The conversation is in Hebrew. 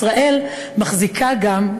ישראל מחזיקה גם,